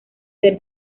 ser